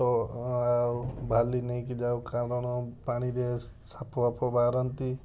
ଓ ଆଉ ବାଲି ନେଇକି ଯାଉ କାରଣ ପାଣିରେ ସାପ ଫାପ ବାହାରନ୍ତି